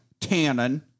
Tannen